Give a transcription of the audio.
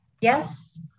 Yes